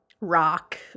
rock